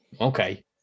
okay